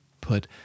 put